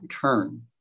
turn